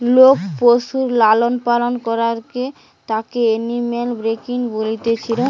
লোক পশুর লালন পালন করাঢু তাকে এনিম্যাল ব্রিডিং বলতিছে